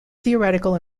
theoretical